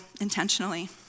intentionally